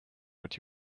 what